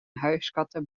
huiskatten